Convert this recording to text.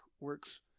works